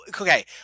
okay